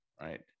right